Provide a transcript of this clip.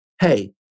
hey